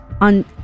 on